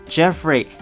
Jeffrey